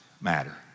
matter